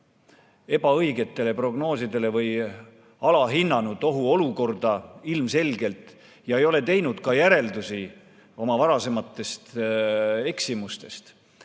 ebaõigetele prognoosidele või ilmselgelt alahinnanud ohuolukorda ja ei ole teinud ka järeldusi oma varasematest eksimustest.